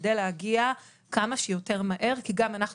כדי להגיע כמה שיותר מהר כי גם אנחנו